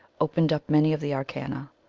opened up many of the arcana.